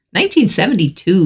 1972